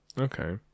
Okay